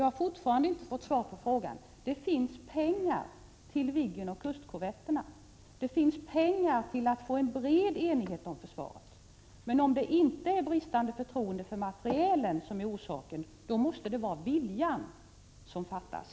Jag har fortfarande inte fått svar på min fråga. Det finns pengar till Viggen och kustkorvetterna. Pengarna räcker också till att skapa en bred enighet om försvaret. Om det inte är bristande förtroende för materielen som är orsaken till återhållsamheten, måste det vara viljan som fattas.